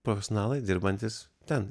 profesionalai dirbantys ten